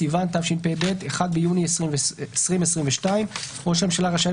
בסיוון התשפ"ב (1 ביוני 2022); ראש הממשלה רשאי,